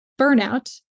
Burnout